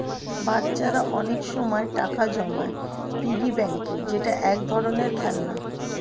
বাচ্চারা অনেক সময় টাকা জমায় পিগি ব্যাংকে যেটা এক ধরনের খেলনা